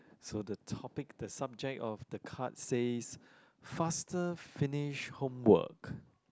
so the topic the subject of the card says faster finish homework